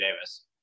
Davis